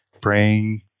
praying